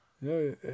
No